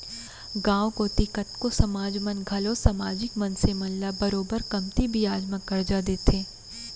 गॉंव कोती कतको समाज मन घलौ समाजिक मनसे मन ल बरोबर कमती बियाज म करजा देथे